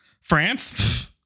France